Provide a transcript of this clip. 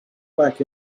back